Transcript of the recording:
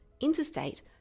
Interstate